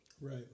Right